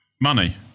money